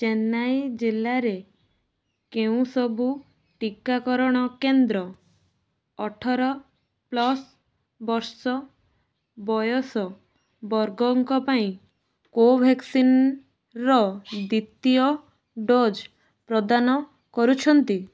ଚେନ୍ନାଇ ଜିଲ୍ଲାରେ କେଉଁ ସବୁ ଟିକାକରଣ କେନ୍ଦ୍ର ଅଠର ପ୍ଲସ ବର୍ଷ ବୟସ ବର୍ଗଙ୍କ ପାଇଁ କୋଭ୍ୟାକ୍ସିନର ଦ୍ୱିତୀୟ ଡୋଜ୍ ପ୍ରଦାନ କରୁଛନ୍ତି